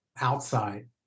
outside